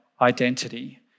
identity